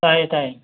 ꯇꯥꯏꯌꯦ ꯇꯥꯏꯌꯦ